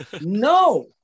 No